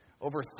over